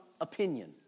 opinion